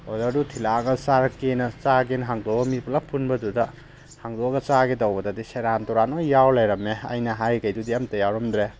ꯑꯣꯔꯗꯔꯗꯨ ꯊꯤꯜꯂꯛꯑꯒ ꯆꯥꯔꯛꯀꯦꯅ ꯆꯥꯒꯦꯅ ꯍꯥꯡꯗꯣꯡꯑꯒ ꯃꯤ ꯄꯨꯂꯞ ꯄꯨꯟꯕꯗꯨꯗ ꯍꯥꯡꯗꯣꯛꯑꯒ ꯆꯥꯒꯦ ꯇꯧꯕꯗꯗꯤ ꯁꯦꯔꯥꯟ ꯇꯨꯔꯥꯟ ꯂꯣꯏꯅ ꯌꯥꯎ ꯂꯩꯔꯝꯃꯦ ꯑꯩꯅ ꯍꯥꯏꯔꯤꯈꯩꯗꯨꯗꯤ ꯑꯃꯇ ꯌꯥꯎꯔꯝꯗ꯭ꯔꯦ